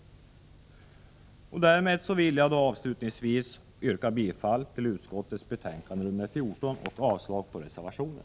Därmed vill jag avslutningsvis yrka bifall till utskottets hemställan i betänkande nr 14 och avslag på reservationen.